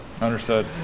Understood